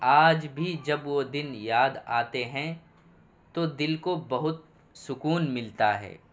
آج بھی جب وہ دن یاد آتے ہیں تو دل کو بہت سکون ملتا ہے